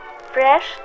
Fresh